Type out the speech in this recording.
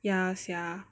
ya sia